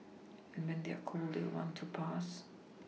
and when they are cold they will want to pass